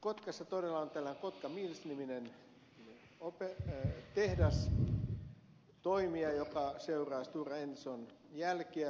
kotkassa todella on tällainen kotka mills niminen tehdas toimija joka seuraa stora enson jälkiä tuolla kotkansaarella